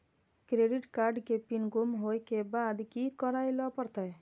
Credit card के pin गुम होय के बाद की करै ल परतै?